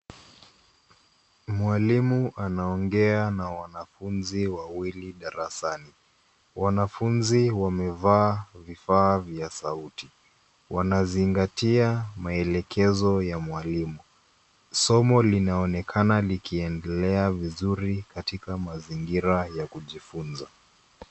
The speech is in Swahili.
Mwalimu anaongea na wanafunzi darasani. Wanafunzi wamevaa vifaa vya sauti. Wanasikiliza maelekezo ya mwalimu kwa makini. Somo linaendelea vizuri katika mazingira ya kujifunza.